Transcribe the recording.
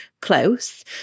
close